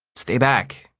stay back.